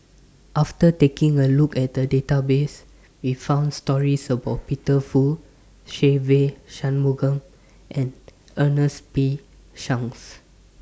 after taking A Look At The Database We found stories about Peter Fu Se Ve Shanmugam and Ernest P Shanks